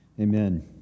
Amen